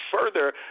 further